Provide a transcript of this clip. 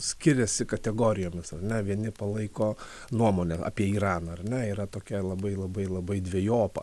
skiriasi kategorijomis ar na vieni palaiko nuomonę apie iraną ar ne yra tokia labai labai labai dvejopa